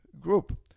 group